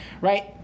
right